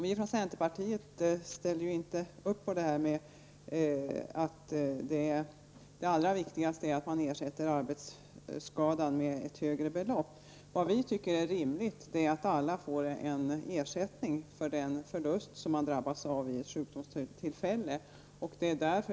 Vi från centerpartiet ställer inte upp på att det allra viktigaste är att ersätta arbetsskadan med ett högre belopp. Vad vi tycker är rimligt är att alla får ersättning för den förlust som de drabbas av vid ett sjukdomstillfälle.